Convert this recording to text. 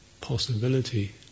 possibility